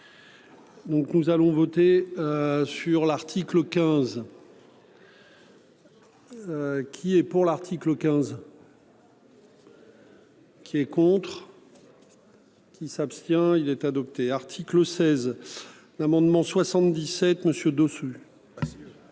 nous allons voter. Sur l'article 15. Qui est pour l'article 15. Qui est contre. Qui s'abstient. Il est adopté. Article 16. L'amendement 77 monsieur Dossus. Merci monsieur